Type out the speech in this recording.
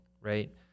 right